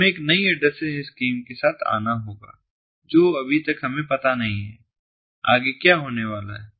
हमें एक नई एड्रेसिंग स्कीम के साथ आना होगा जो अभी तक हमें पता नहीं है आगे क्या होने वाला है